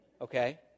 okay